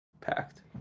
packed